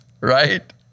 right